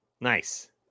Nice